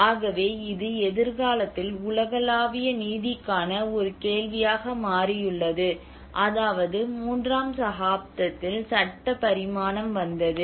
ஆகவே இது எதிர்காலத்தில் உலகளாவிய நீதிக்கான ஒரு கேள்வியாக மாறியுள்ளது அதாவது மூன்றாம் சகாப்தத்தில் சட்ட பரிமாணம் வந்தது